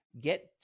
get